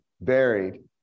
buried